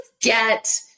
get